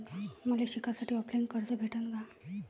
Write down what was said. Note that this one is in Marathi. मले शिकासाठी ऑफलाईन कर्ज भेटन का?